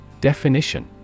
definition